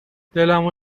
دلمو